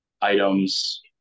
items